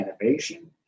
innovation